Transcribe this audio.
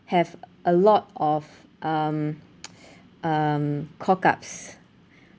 have a lot of um um cock-ups